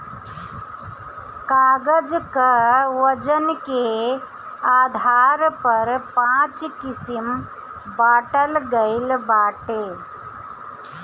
कागज कअ वजन के आधार पर पाँच किसिम बांटल गइल बाटे